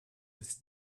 his